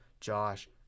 Josh